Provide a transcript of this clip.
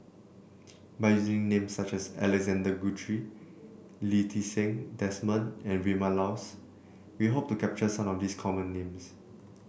by using names such as Alexander Guthrie Lee Ti Seng Desmond and Vilma Laus we hope to capture some of the common names